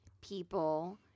people